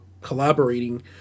collaborating